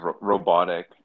robotic